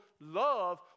love